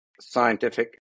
scientific